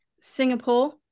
Singapore